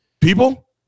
People